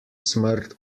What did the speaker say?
smrt